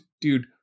dude